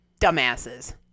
dumbasses